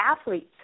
athletes